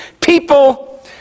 People